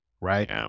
right